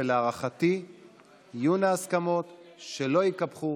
ולהערכתי תהיינה הסכמות שלא יקפחו